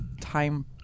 time